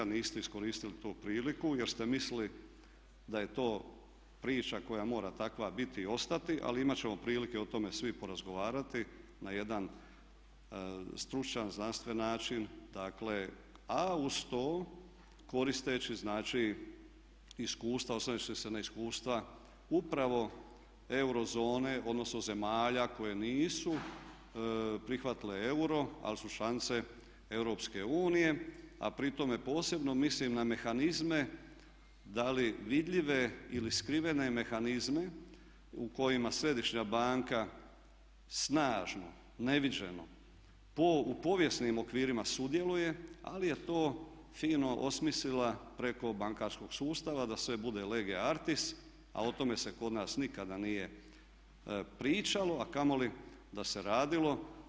Niste iskoristili tu priliku jer ste mislili da je to priča koja mora takva biti i ostati, ali imat ćemo prilike o tome svi porazgovarati na jedan stručan, znanstven način dakle a uz to koristeći znači iskustva, osvrćući se na iskustva upravo euro zone, odnosno zemalja koje nisu prihvatile euro ali su članice Europske unije, a pri tome posebno mislim na mehanizme da li vidljive ili skrivene mehanizme u kojima Središnja banka snažno neviđeno u povijesnim okvirima sudjeluje, ali je to fino osmislila preko bankarskog sustava da sve bude lege artis, a o tome se kod nas nikada nije pričalo, a kamoli da se radilo.